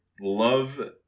love